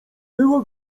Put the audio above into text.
była